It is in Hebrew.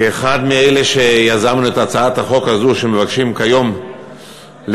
כאחד מאלה שיזמו את הצעת החוק הזה שמבקשים כיום לבטל,